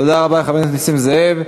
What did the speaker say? תודה לחבר הכנסת נסים זאב.